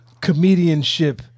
comedianship